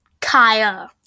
Kaya